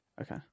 Okay